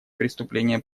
преступления